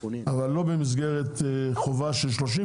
אבל לא במסגרת חובה של 30,